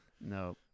No